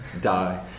die